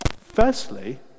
Firstly